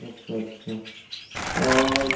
अच्छा अच्छा और